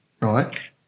right